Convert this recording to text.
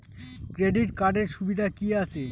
Credit কার্ডের সুবিধা কি আছে?